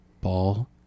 ball